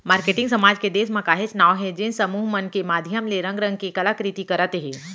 marketing समाज के देस म काहेच नांव हे जेन समूह मन के माधियम ले रंग रंग के कला कृति करत हे